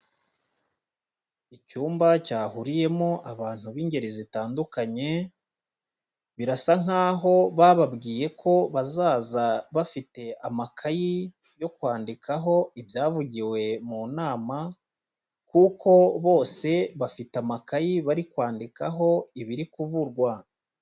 Icyumba cyahuriyemo abantu b'ingeri zitandukanye, birasa nkaho bababwiye ko bazaza bafite amakayi yo kwandikaho ibyavugiwe mu nama, kuko bose bafite amakayi bari kwandikaho ibiri kuvurwa.